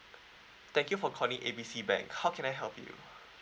thank you for calling A B C back how can I help you